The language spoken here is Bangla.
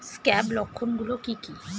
স্ক্যাব লক্ষণ গুলো কি কি?